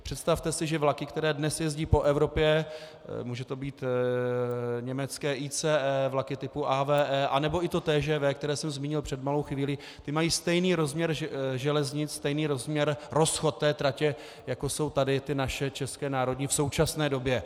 Představte si, že vlaky, které dnes jezdí po Evropě, může to být německé ICE, vlaky typu AVE anebo i to TGV, které jsem zmínil před malou chvílí, ty mají stejný rozměr železnic, stejný rozchod tratě, jako jsou tady ty naše české národní v současné době.